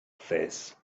this